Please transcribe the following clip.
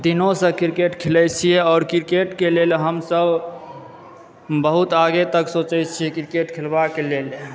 दिनोसंँ cricket खेलए छिऐ आओर क्रिकेटके लेल हमसब बहुत आगे तक सोचए छिऐ क्रिकेट खेलबाके लेल